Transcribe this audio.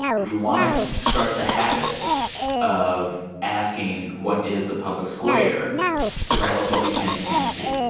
do we want to start the habit of asking what is the public square to tell us what we can and can't see?